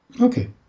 Okay